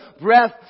breath